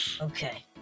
Okay